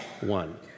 one